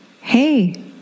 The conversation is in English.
hey